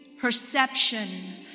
perception